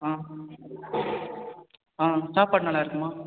ஆ ஆ சாப்பாடு நல்லாயிருக்குமா